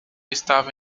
estava